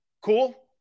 cool